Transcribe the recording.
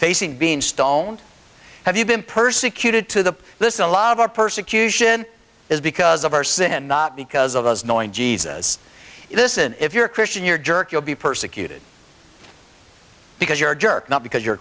facing being stoned have you been persecuted to this a lot of our persecution is because of our sin not because of us knowing jesus isn't if you're a christian you're jerk you'll be persecuted because you're a jerk not because you're